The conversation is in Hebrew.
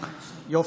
יופי.